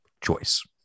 choice